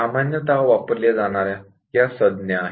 सामान्यत वापरली जाणाऱ्या या संज्ञा आहे